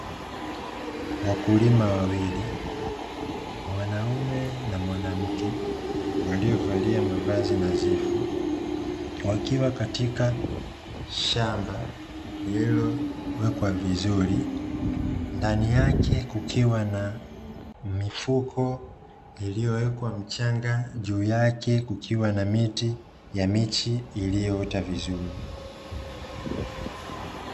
Wakulima wawili, mwanaume na mwanamke waliovalia mavazi nadhifu, wakiwa katika shamba lililowekwa vizuri. Ndani yake kukiwa na mifuko iliyowekwa mchanga, juu yake kukiwa na miti, ya miche iliyoota vizuri.